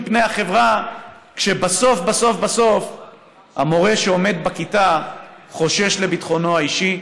פני החברה כשבסוף בסוף בסוף המורה שעומד בכיתה חושש לביטחונו האישי.